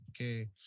Okay